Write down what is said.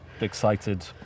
excited